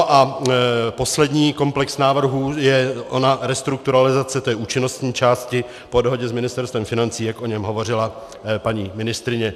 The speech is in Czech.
A poslední komplex návrhů je ona restrukturalizace té účinnostní části po dohodě s Ministerstvem financí, jak o něm hovořila paní ministryně.